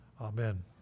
Amen